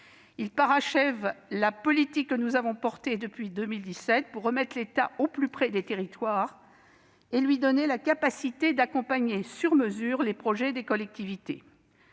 Il parachève la politique que nous avons menée depuis 2017 pour remettre l'État au plus près des territoires et lui redonner la capacité d'accompagner « sur mesure » les projets des collectivités.